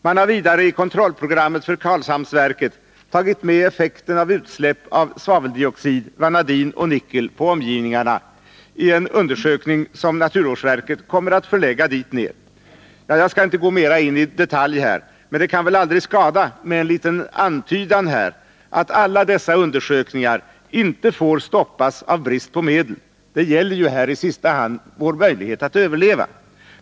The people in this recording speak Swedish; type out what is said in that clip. Man har vidare i kontrollprogrammet för Karlshamnsverket tagit med effekten av utsläpp av svaveldioxid, vanadin och nickel på omgivningarna i en undersökning som naturvårdsverket kommer att förlägga dit ned. — Ja, jag skall inte gå mera in i detalj, men det kan väl aldrig skada med en liten antydan här om att alla dessa undersökningar inte får stoppas av brist på medel — det gäller ju i sista hand vår möjlighet att överleva.